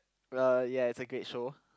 uh ya it's a great show